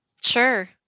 Sure